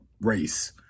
race